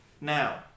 now